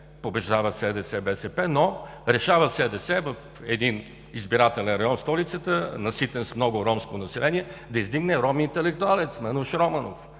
побеждава БСП, но решава СДС в един избирателен район в столицата, наситен с много ромско население, да издигне рома интелектуалец – Мануш Романов,